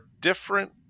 different